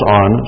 on